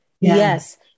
Yes